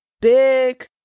big